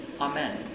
Amen